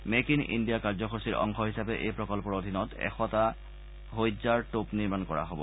make in India কাৰ্যসচীৰ অংশ হিচাপে এই প্ৰকল্পৰ অধীনত এশটা হোৱিটজাৰ টোপ নিৰ্মাণ কৰা হ'ব